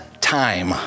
time